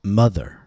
mother